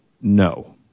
no